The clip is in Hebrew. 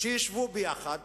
שישבו יחד